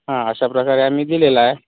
हा अशा प्रकारे आम्ही दिलेला आहे